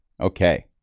Okay